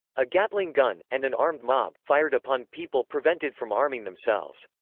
a gatling gun, and an armed mob, fired upon people prevented from arming themselves.